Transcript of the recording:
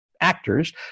actors